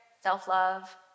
self-love